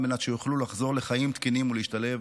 מנת שיוכלו לחזור לחיים תקינים ולהשתלב